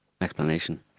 explanation